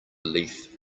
leaf